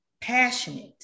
passionate